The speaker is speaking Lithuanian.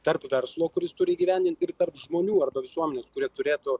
tarp verslo kuris turi įgyvendint ir tarp žmonių arba visuomenės kurie turėtų